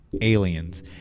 aliens